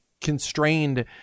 constrained